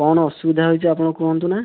କଣ ଅସୁବିଧା ହଇଚି ଆପଣ କୁହନ୍ତୁ ନା